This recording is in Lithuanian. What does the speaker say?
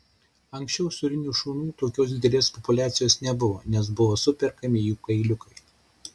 anksčiau usūrinių šunų tokios didelės populiacijos nebuvo nes buvo superkami jų kailiukai